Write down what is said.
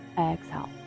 Exhale